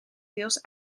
deels